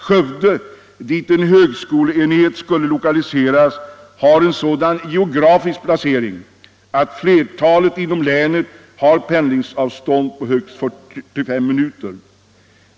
Skövde, dit en högskoleenhet borde lokaliseras, har en sådan geografisk placering att flertalet invånare inom länet har ett pendlingsavstånd på högst 45 minuter i detta fall.